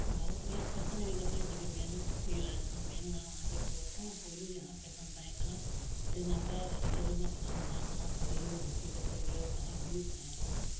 ᱵᱷᱟᱨᱚᱛ ᱨᱮᱭᱟᱜ ᱯᱷᱮᱥᱮᱱ ᱤᱫᱤ ᱠᱟᱛᱮᱫ ᱡᱩᱫᱤ ᱢᱮᱱ ᱦᱩᱭᱩᱜᱼᱟ ᱮᱱᱠᱷᱟᱱ ᱢᱮᱱ ᱜᱟᱱᱚᱜᱼᱟ ᱡᱮ ᱯᱨᱚᱛᱷᱚᱢ ᱯᱳᱭᱞᱳ ᱡᱟᱦᱟᱸ ᱯᱷᱮᱥᱮᱱ ᱛᱟᱦᱮᱸ ᱠᱟᱱᱟ ᱟᱹᱰᱤ ᱱᱟᱯᱟᱭ ᱟᱹᱨᱤᱪᱟᱹᱞᱤ ᱨᱮᱭᱟᱜ ᱯᱷᱮᱥᱮᱱ ᱛᱟᱦᱮᱸ ᱠᱟᱱᱟ ᱥᱟᱹᱲᱤ ᱫᱷᱩᱛᱤ ᱠᱟᱛᱮᱜᱮ ᱛᱟᱦᱮᱸ ᱦᱩᱭᱩᱜ ᱛᱟᱦᱮᱱ